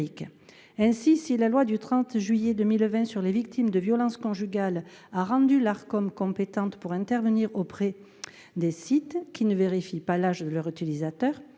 Ainsi, si la loi du 30 juillet 2020 sur les victimes de violences conjugales, a rendu l'Arcom compétente pour intervenir auprès des sites qui ne vérifie pas la je leur utilisateur.